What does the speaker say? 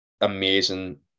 amazing